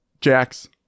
Jax